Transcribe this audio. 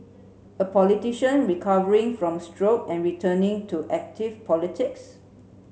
a politician recovering from stroke and returning to active politics